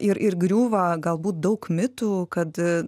ir ir griūva galbūt daug mitų kad